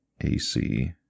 AC